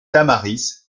tamaris